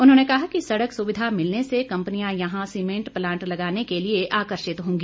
उन्होंने कहा कि सड़क सुविधा मिलने से कंपनियां यहां सीमेंट प्लांट लगाने के लिए आकर्षित होंगी